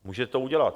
Můžete to udělat.